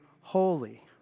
holy